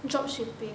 job shipping